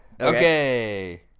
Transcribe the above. Okay